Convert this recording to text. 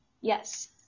yes